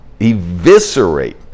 eviscerate